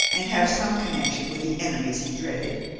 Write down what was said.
and have some connection with the enemies he dreaded.